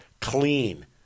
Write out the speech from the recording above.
clean